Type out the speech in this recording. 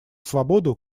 свободу